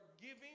giving